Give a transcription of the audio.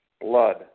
blood